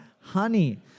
honey